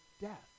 death